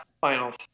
finals